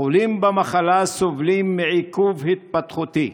החולים במחלה סובלים מעיכוב התפתחותי: